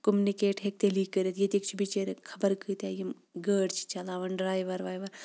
communicate ہیٚکہِ تیٚلی کٔرِتھ ییٚتِکۍ چھِ بِچٲرۍ خبر کۭتیاہ یِم گٲڈۍ چھِ چلاوان ڈرایور وایور